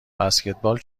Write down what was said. بسکتبال